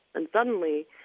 and suddenly